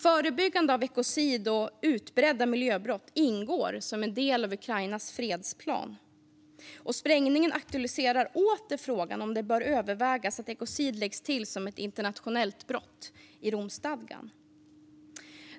Förebyggande av ekocid och utbredda miljöbrott ingår som en del av Ukrainas fredsplan, och sprängningen aktualiserar åter frågan om att det bör övervägas att ekocid läggs till som ett internationellt brott i Romstadgan.